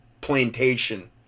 plantation